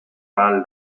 ahal